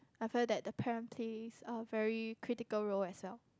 I felt that the parent plays a very critical role as well